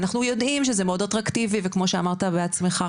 אנחנו יודעים שזה מאוד אטרקטיבי וכמו שאמרת בעצמך,